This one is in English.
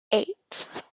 eight